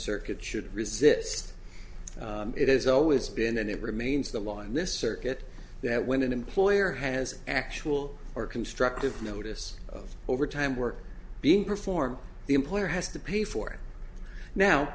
circuit should resist it has always been and it remains the law in this circuit that when an employer has actual or constructive notice of overtime work being performed the employer has to pay for it now